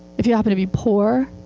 if you happen to be poor,